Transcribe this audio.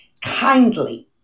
kindly